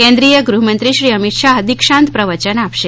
કેન્દ્રીય ગૃહમંત્રી શ્રી અમિત શાહ દિક્ષાંત પ્રવચન આપશે